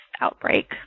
outbreak